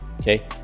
okay